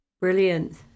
brilliant